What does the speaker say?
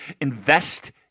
Invest